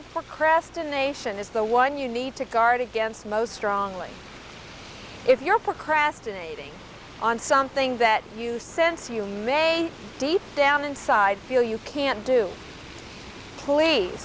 of procrastination is the one you need to guard against most strongly if you're procrastinating on something that you sense you may deep down inside feel you can do